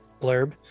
blurb